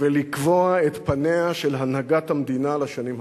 ולקבוע את פניה של הנהגת המדינה לשנים הבאות.